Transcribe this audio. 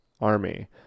Army